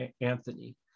anthony